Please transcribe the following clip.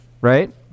right